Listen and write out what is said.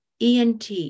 ENT